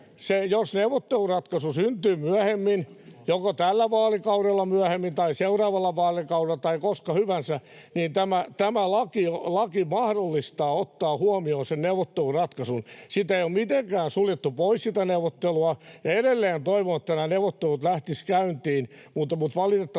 jos neuvotteluratkaisu syntyy myöhemmin, joko myöhemmin tällä vaalikaudella tai seuraavalla vaalikaudella tai koska hyvänsä, niin tämä laki mahdollistaa ottaa huomioon sen neuvotteluratkaisun. Sitä neuvottelua ei ole mitenkään suljettu pois, ja edelleen toivon, että nämä neuvottelut lähtisivät käyntiin, mutta valitettavasti